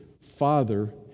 Father